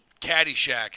Caddyshack